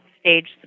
stage